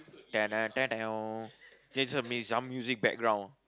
just s~ some music background